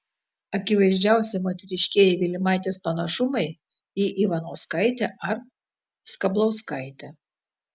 akivaizdžiausi moteriškieji vilimaitės panašumai į ivanauskaitę ar skablauskaitę